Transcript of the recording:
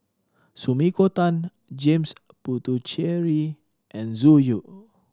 Sumiko Tan James Puthucheary and Zhu Xu